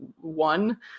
one